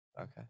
Okay